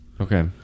Okay